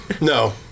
No